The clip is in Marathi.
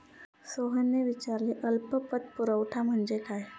सोहनने विचारले अल्प पतपुरवठा म्हणजे काय?